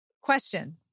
Question